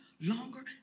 longer